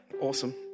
Awesome